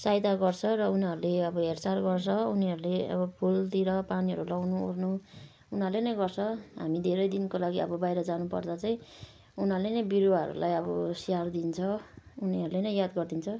सहायता गर्छ र उनीहरूले अब हेरचाह गर्छ उनीहरूले अब फुलतिर पानीहरू लाउनु ओर्नु उनीहरूले नै गर्छ हामी धेरै दिनको लागि अब बाहिर जानुपर्दा चाहिँ उनीहरूले नै बिरुवाहरू अब स्याहार दिन्छ उनीहरूले नै याद गरिदिन्छ